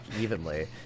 evenly